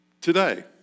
today